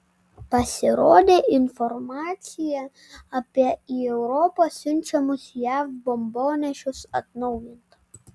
pasirodė informacija apie į europą siunčiamus jav bombonešius atnaujinta